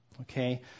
Okay